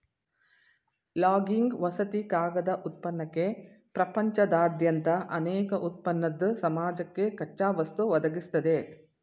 logging ವಸತಿ ಕಾಗದ ಉತ್ಪನ್ನಕ್ಕೆ ಪ್ರಪಂಚದಾದ್ಯಂತ ಅನೇಕ ಉತ್ಪನ್ನದ್ ಸಮಾಜಕ್ಕೆ ಕಚ್ಚಾವಸ್ತು ಒದಗಿಸ್ತದೆ